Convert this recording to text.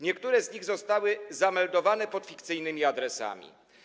Niektóre z nich zostały zameldowane pod fikcyjnymi adresami.